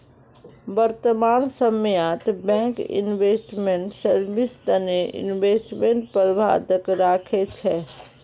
वर्तमान समयत bank investment service तने इन्वेस्टमेंट प्रबंधक राखे छे